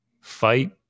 fight